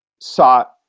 sought